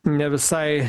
ne visai